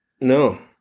no